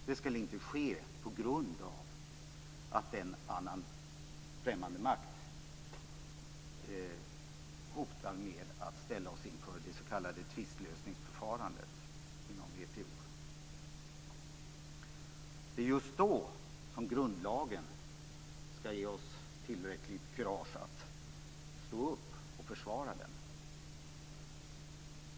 Det ska inte ske på grund av att en främmande makt hotar med att ställa oss inför det s.k. tvistlösningsförfarandet inom WTO. Det är just då som grundlagen ska ge oss tillräckligt kurage att stå upp för och försvara den.